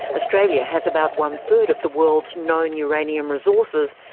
australia has about one-third of the world's known uranium resources,